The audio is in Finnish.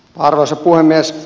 arvoisa puhemies